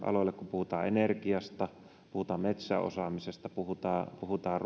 puhutaan energiasta puhutaan metsäosaamisesta ja puhutaan